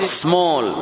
small